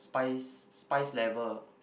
spice spice level